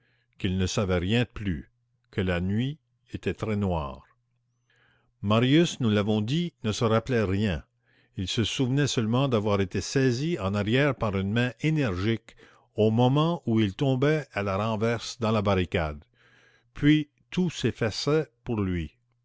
qu'il ne savait rien de plus que la nuit était très noire marius nous l'avons dit ne se rappelait rien il se souvenait seulement d'avoir été saisi en arrière par une main énergique au moment où il tombait à la renverse dans la barricade puis tout s'effaçait pour lui